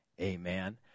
Amen